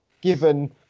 given